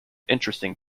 interesting